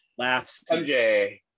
MJ